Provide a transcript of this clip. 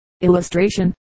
Illustration